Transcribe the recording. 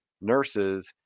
nurses